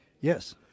Yes